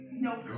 Nope